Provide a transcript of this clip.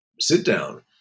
sit-down